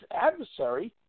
adversary